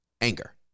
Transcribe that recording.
anger